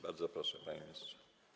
Bardzo proszę, panie ministrze.